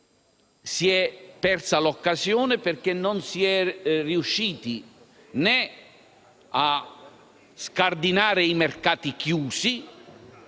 si è persa l'occasione perché non si è riusciti né a scardinare i mercati chiusi,